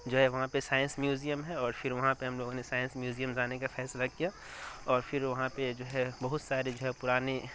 جو ہے وہاں پہ سائنس میوزیم ہے اور پھر وہاں پہ ہم لوگوں نے سائنس میوزیم جانے کا فیصلہ کیا اور پھر وہاں پہ جو ہے بہت سارے جو ہے پرانی